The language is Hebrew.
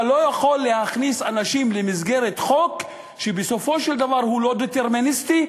אתה לא יכול להכניס אנשים למסגרת חוק שבסופו של דבר הוא לא דטרמיניסטי,